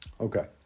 Okay